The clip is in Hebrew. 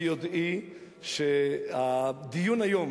ביודעי שהדיון היום,